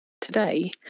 today